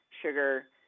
sugar